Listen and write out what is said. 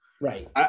Right